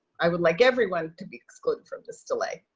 i would like everyone to be excluded from this delay.